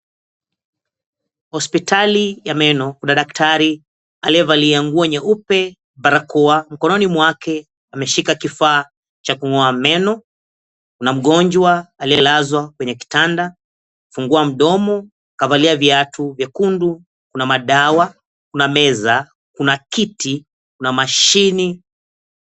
Hospitali ya meno kuna daktari aliyovalia nguo nyeupe, barakoa, mkononi mwake ameshika kifaa cha kung'oa meno. Kuna mgonjwa aliyelazwa kwenye kitanda, kafungua mdomo, kavalia viatu vyekundu. Kuna madawa, kuna meza, kuna kiti, kuna mashine.